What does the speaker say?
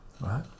right